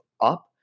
up